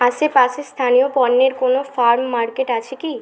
আশেপাশে স্থানীয় পণ্যের কোনও ফার্ম মার্কেট আছে কি